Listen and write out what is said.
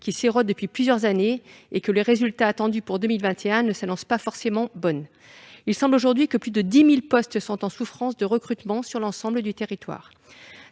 qui s'érodent depuis plusieurs années, et que les résultats attendus pour 2021 ne s'annoncent pas bons. Il semble aujourd'hui que plus de 10 000 postes doivent être pourvus sur l'ensemble du territoire.